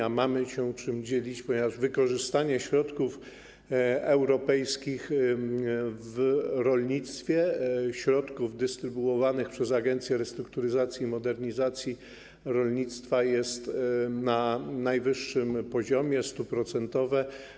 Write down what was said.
A mamy się czym dzielić, ponieważ wykorzystanie środków europejskich w rolnictwie, środków dystrybuowanych przez Agencję Restrukturyzacji i Modernizacji Rolnictwa, jest na najwyższym poziomie - 100-procentowe.